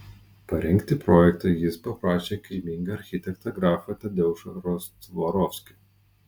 parengti projektą jis paprašė kilmingą architektą grafą tadeušą rostvorovskį